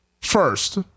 first